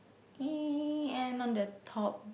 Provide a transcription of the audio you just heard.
eh and on the top